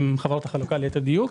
עם חברות החלוקה ליתר דיוק,